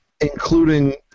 including